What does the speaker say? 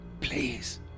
please